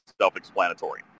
self-explanatory